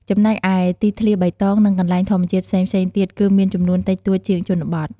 ចំណែកឯ ទីធ្លាបៃតង និងកន្លែងធម្មជាតិផ្សេងៗទៀតគឺមានចំនួនតិចតួចជាងជនបទ។